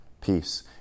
Peace